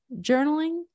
journaling